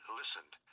listened